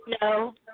No